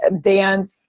dance